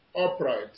upright